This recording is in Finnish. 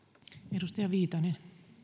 arvoisa